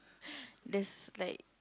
there's like